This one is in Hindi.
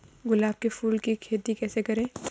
गुलाब के फूल की खेती कैसे करें?